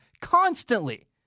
constantly